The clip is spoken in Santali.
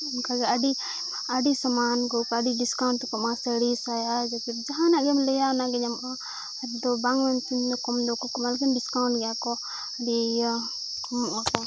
ᱚᱱᱠᱟᱜᱮ ᱟᱹᱰᱤ ᱟᱹᱰᱤ ᱥᱟᱢᱟᱱ ᱠᱚ ᱟᱹᱰᱤ ᱛᱮᱠᱚ ᱮᱢᱚᱜᱼᱟ ᱥᱟᱹᱲᱤ ᱥᱟᱭᱟ ᱡᱟᱦᱟᱱᱟᱜ ᱜᱮᱢ ᱞᱟᱹᱭᱟ ᱚᱱᱟᱜᱮ ᱧᱟᱢᱚᱜᱼᱟ ᱟᱫᱚ ᱵᱟᱝᱟ ᱢᱮᱱᱛᱮ ᱠᱚᱢ ᱫᱚᱠᱚ ᱠᱚᱢᱚᱜᱼᱟ ᱢᱮᱱᱠᱷᱟᱱ ᱜᱮᱭᱟ ᱠᱚ ᱟᱹᱰᱤ ᱤᱭᱟᱹ ᱠᱚᱢᱚᱜ ᱟᱠᱚ